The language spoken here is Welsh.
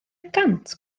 gant